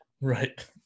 Right